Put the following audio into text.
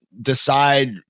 decide